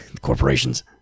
Corporations